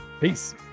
Peace